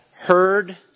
heard